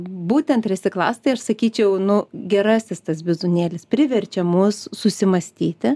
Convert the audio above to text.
būtent resiklas tai aš sakyčiau nu gerasis tas bizūnėlis priverčia mus susimąstyti